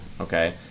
okay